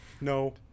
no